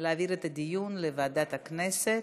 להעביר את הדיון לוועדת הכנסת.